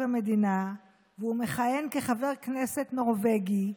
המדינה והוא מכהן כחבר כנסת נורבגי,